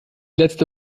letzte